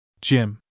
Jim